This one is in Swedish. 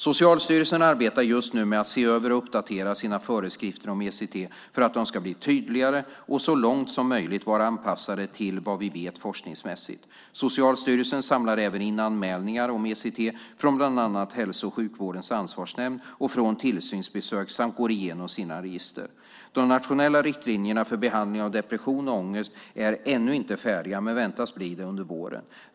Socialstyrelsen arbetar just nu med att se över och uppdatera sina föreskrifter om ECT för att de ska bli tydligare och så långt som möjligt vara anpassade till vad vi vet forskningsmässigt. Socialstyrelsen samlar även in anmälningar om ECT från bland annat Hälso och sjukvårdens ansvarsnämnd och från tillsynsbesök samt går igenom sina register. De nationella riktlinjerna för behandling av depression och ångest är ännu inte färdiga, men väntas bli det under våren.